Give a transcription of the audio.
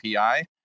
API